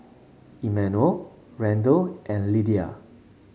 Emmanuel Randell and Lydia